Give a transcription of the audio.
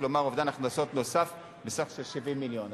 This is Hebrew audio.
כלומר אובדן הכנסות נוסף בסך של 70 מיליון,